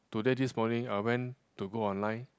today this morning I went to go online